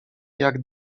jak